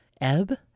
Ebb